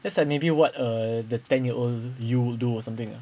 that's like maybe what a the ten year old you will do or something uh